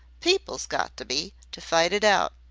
people's got to be to fight it out.